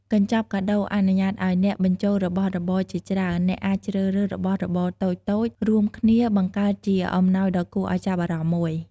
កញ្ចប់កាដូអនុញ្ញាតឱ្យអ្នកបញ្ចូលរបស់របរជាច្រើន អ្នកអាចជ្រើសរើសរបស់របរតូចៗ រួមគ្នាបង្កើតជាអំណោយដ៏គួរឱ្យចាប់អារម្មណ៍មួយ។